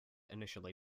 initially